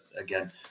again